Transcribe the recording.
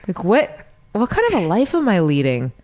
like what what kind of a life am i leading?